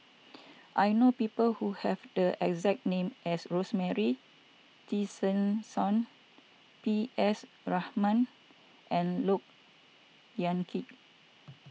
I know people who have the exact name as Rosemary Tessensohn P S Rahaman and Look Yan Kit